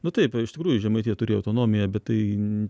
nu taip iš tikrųjų žemaitija turėjo autonomiją bet tai